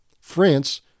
France